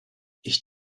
ich